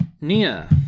Nia